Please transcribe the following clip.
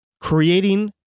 creating